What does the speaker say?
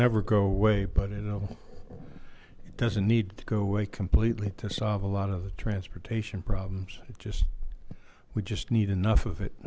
never go away but it doesn't need to go away completely to solve a lot of the transportation problems it just we just need enough of